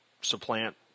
supplant